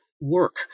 work